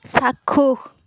চাক্ষুষ